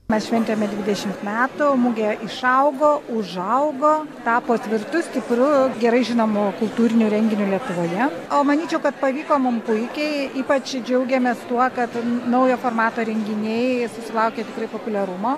mes šventėme dvidešimt metų mugė išaugo užaugo tapo tvirtu stipru gerai žinomu kultūriniu renginiu lietuvoje o manyčiau kad pavyko mum puikiai ypač džiaugiamės tuo kad naujo formato renginiai susilaukė tikrai populiarumo